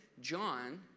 John